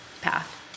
path